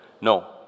No